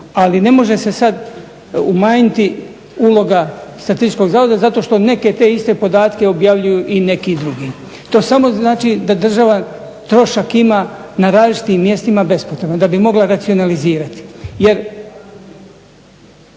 ali ne može se sad umanjiti uloga statističkog zavoda zato što neke te iste podatke objavljuju i neki drugi. To samo znači da država trošak ima na različitim mjestima bespotrebno, da bi mogla racionalizirati.